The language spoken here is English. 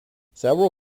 several